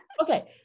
Okay